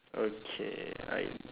okay I